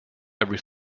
every